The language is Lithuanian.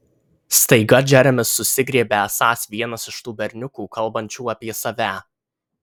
staiga džeremis susigriebia esąs vienas iš tų berniukų kalbančių apie save